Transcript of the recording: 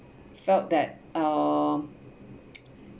felt that uh